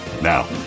Now